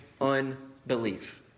unbelief